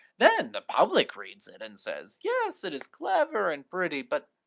then the public reads it and says yes, it is clever and pretty, but